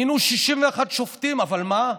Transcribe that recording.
מינו 61 שופטים, אבל מה,